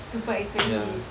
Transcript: super expensive